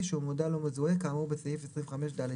שהוא מידע לא מזוהה כאמור בסעיף 25(ד)(2).